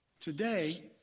Today